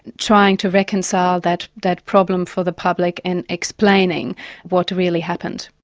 trying to reconcile that that problem for the public and explaining what really happened.